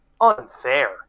unfair